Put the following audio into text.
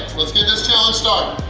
let's get this challenge started.